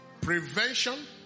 prevention